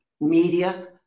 media